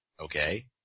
okay